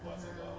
(uh huh)